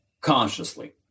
consciously